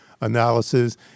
analysis